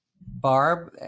Barb